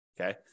Okay